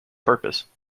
purpose